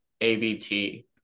ABT